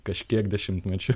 kažkiek dešimtmečių